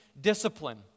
discipline